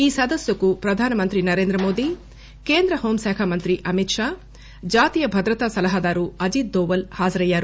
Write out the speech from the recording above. ఈ సదస్సుకు ప్రధానమంత్రి నరేంద్ర మోదీ కేంద్ర హోంశాఖ మంత్రి అమిత్ షా జాతీయ భద్రతా సలహాదారు అజిత్ దోవల్ హాజరయ్యారు